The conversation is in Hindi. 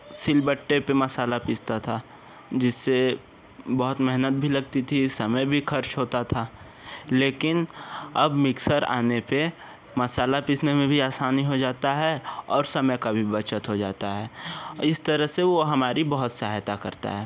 सिलबट्टे पे मसाला पिस्ता था जिससे बहुत मेहनत भी लगती थी समय भी खर्च होता था लेकिन अब मिक्सर आने पे मसाला पीसने में भी आसानी हो जाता है और समय का भी बचत हो जाता है इस तरह से वो हमारी बहुत सहायता करता है